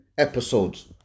episodes